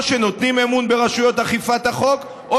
או שנותנים אמון ברשויות אכיפת החוק או